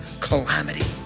calamity